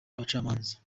abacamanza